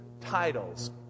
titles